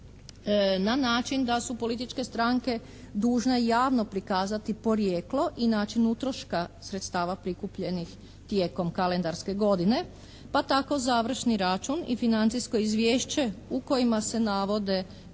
na način da su političke stranke dužne javno pokazati porijeklo i način utroška sredstava prikupljenih tijekom kalendarske godine. Pa tako završni račun i financijsko izvješće u kojima se navode